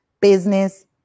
business